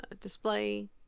display